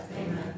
Amen